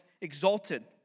exalted